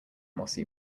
mossy